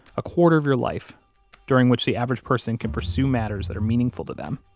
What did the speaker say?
a quarter of your life during which the average person can pursue matters that are meaningful to them.